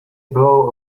blow